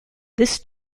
this